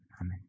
Amen